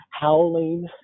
howling